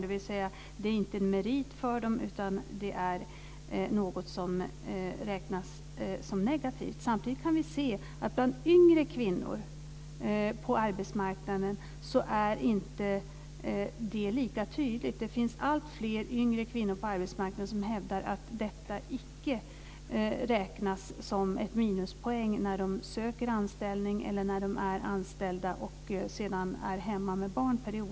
Det är inte en merit för dem, utan det är något som räknas som negativt. Samtidigt kan vi se att det bland yngre kvinnor på arbetsmarknaden inte är lika tydligt. Det finns alltfler yngre kvinnor på arbetsmarknaden som hävdar att detta icke räknas som en minuspoäng när de söker anställning eller är anställda och sedan periodvis är hemma med barn.